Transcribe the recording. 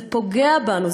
זה פוגע בנו,